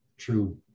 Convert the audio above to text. true